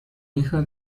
hija